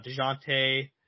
DeJounte